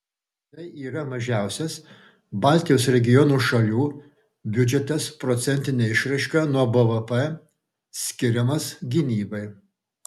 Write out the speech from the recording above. tai yra mažiausias baltijos regiono šalių biudžetas procentine išraiška nuo bvp skiriamas gynybai